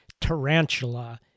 tarantula